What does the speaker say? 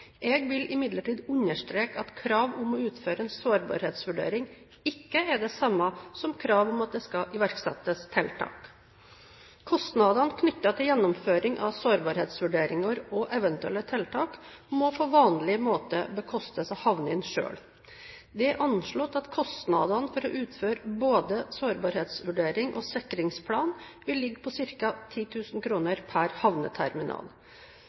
Jeg vil imidlertid understreke at krav om å utføre en sårbarhetsvurdering ikke er det samme som krav om at det skal iverksettes tiltak. Kostnadene knyttet til gjennomføring av sårbarhetsvurderinger og eventuelle tiltak må på vanlig måte bekostes av havnene selv. Det er anslått at kostnadene for å utføre både sårbarhetsvurdering og sikringsplan vil ligge på ca. 10 000 kr per havneterminal.